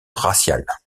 raciale